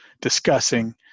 discussing